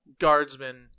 guardsmen